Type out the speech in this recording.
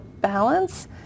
balance